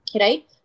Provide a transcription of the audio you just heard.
right